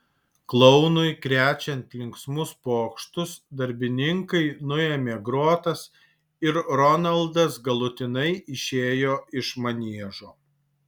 klounui krečiant linksmus pokštus darbininkai nuėmė grotas ir ronaldas galutinai išėjo iš maniežo